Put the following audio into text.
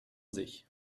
sich